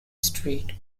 street